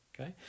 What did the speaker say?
okay